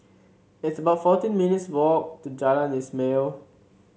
it's about fourteen minutes' walk to Jalan Ismail